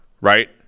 right